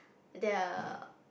there are